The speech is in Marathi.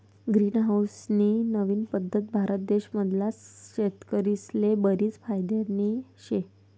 ग्रीन हाऊस नी नवीन पद्धत भारत देश मधला शेतकरीस्ले बरीच फायदानी शे